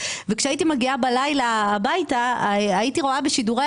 וכאשר הייתי מגיעה בלילה הביתה הייתי רואה בשידורי